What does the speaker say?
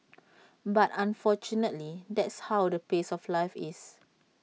but unfortunately that's how the pace of life is